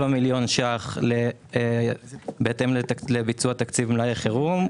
7 מיליון ₪ בהתאם לביצוע תקציב מלאי חירום,